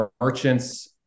merchants